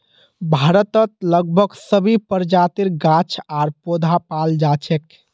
भारतत लगभग सभी प्रजातिर गाछ आर पौधा पाल जा छेक